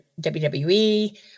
WWE